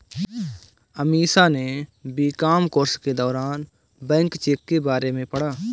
अमीषा ने BCom course के दौरान बैंक चेक के बारे में पढ़ा